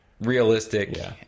realistic